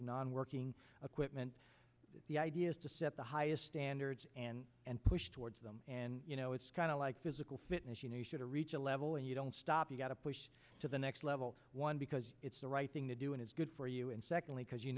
of non working equipment the idea is to set the highest standards and and push towards them and you know it's kind of like physical fitness you know you should reach a level and you don't stop you gotta push to the next level one because it's the right thing to do and it's good for you and secondly because you